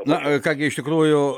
na ką gi iš tikrųjų